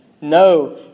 No